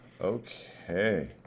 Okay